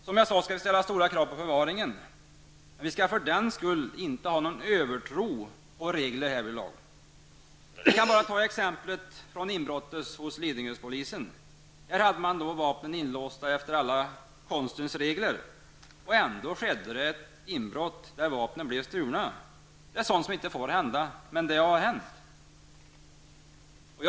Som jag sade skall vi ställa stora krav på förvaringen av vapen, men vi skall för den skull inte ha en övertro på regler härvidlag. Låt mig bara som exempel nämna inbrottet hos Lidingöpolisen. Här hade man vapnen inlåsta efter alla konstens regler, och ändå skedde det ett inbrott där vapnen blev stulna. Det är sådant som inte får hända. Men det har ändå hänt.